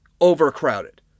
overcrowded